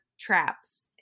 traps